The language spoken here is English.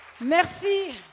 Merci